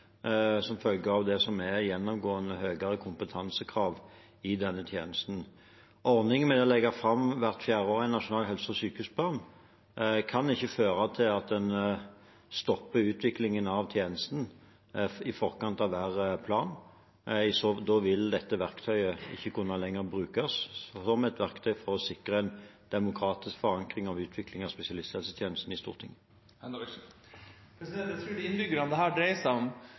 som følger av det som er gjennomgående høyere kompetansekrav i denne tjenesten. Ordningen med å legge fram hvert fjerde år en nasjonal helse- og sykehusplan kan ikke føre til at en stopper utviklingen av tjenesten i forkant av hver plan. Da vil dette verktøyet ikke lenger kunne brukes som et verktøy for å sikre en demokratisk forankring i Stortinget av utvikling av spesialisthelsetjenesten. Jeg tror de innbyggerne dette dreier seg om, for det